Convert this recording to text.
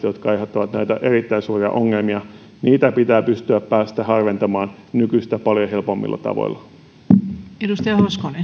jotka aiheuttavat erittäin suuria ongelmia pitää pystyä ja päästä harventamaan nykyistä paljon helpommilla tavoilla arvoisa